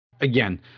Again